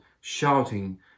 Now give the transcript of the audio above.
shouting